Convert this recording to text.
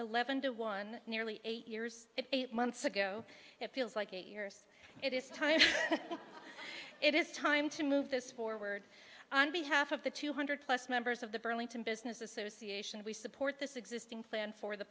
eleven to one nearly eight years it eight months ago it feels like eight years it is time it is time to move this forward on behalf of the two hundred plus members of the burlington business association we support this existing plan for the